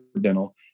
dental